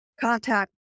contact